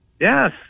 Yes